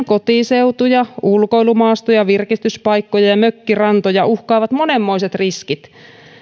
kotiseutuja ulkoilumaastoja virkistyspaikkoja ja mökkirantoja uhkaavat monenmoiset riskit